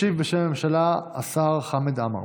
ישיב בשם הממשלה השר חמד עמאר.